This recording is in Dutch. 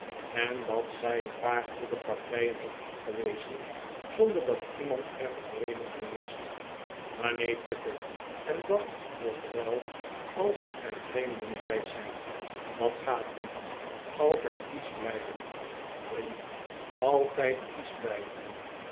en dat zij een paar goede partijen heeft afgewezen zonder dat iemand er de reden van wist maar neeh tuckle en dat nog wel als er vreemden bij zijn dat gaat niet altijd kiesch blijven vriend altijd